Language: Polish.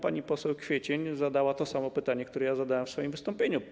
Pani poseł Kwiecień zadała to samo pytanie, które ja zadałem w swoim wystąpieniu.